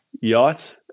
yacht